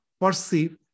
perceive